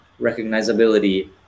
recognizability